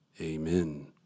Amen